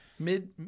Mid